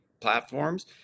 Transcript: platforms